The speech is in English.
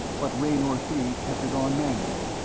but raynor three kept it on manual,